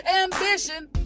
ambition